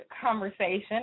conversation